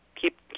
keep